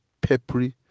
peppery